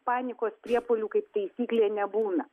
panikos priepuolių kaip taisyklė nebūna